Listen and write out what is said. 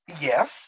Yes